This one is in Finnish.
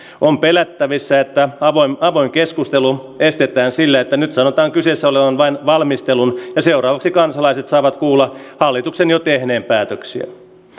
on pelättävissä että avoin avoin keskustelu estetään sillä että nyt sanotaan kyseessä olevan vain valmistelu ja seuraavaksi kansalaiset saavat kuulla hallituksen jo tehneen päätöksen